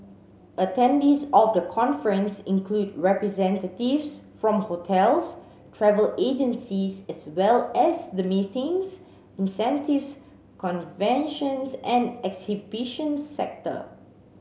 attendees of the conference include representatives from hotels travel agencies as well as the meetings incentives conventions and exhibitions sector